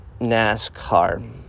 NASCAR